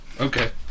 Okay